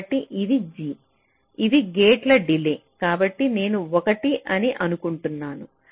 కాబట్టి ఇది g ఇవి గేట్ల డిలే కాబట్టి నేను 1 అని అనుకుంటాను